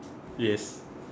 yes